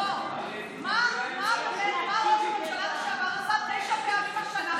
מה ראש ממשלה לשעבר עשה תשע פעמים השנה בפריז.